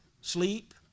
sleep